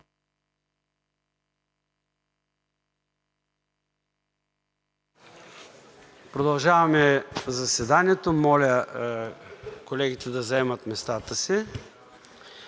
Продължаваме заседанието. Моля, колегите да заемат местата си.